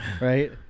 right